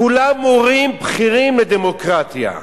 כולם מורים בכירים לדמוקרטיה,